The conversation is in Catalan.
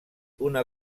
una